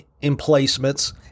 emplacements